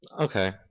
okay